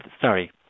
sorry